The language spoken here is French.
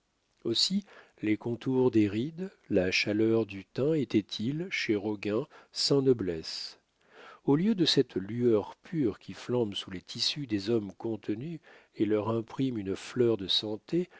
aussi les contours des rides la chaleur du teint étaient-ils chez roguin sans noblesse au lieu de cette lueur pure qui flambe sous les tissus des hommes contenus et leur imprime une fleur de santé